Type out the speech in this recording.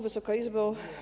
Wysoka Izbo!